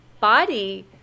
body